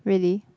really